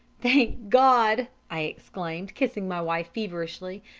thank god i exclaimed, kissing my wife feverishly.